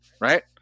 Right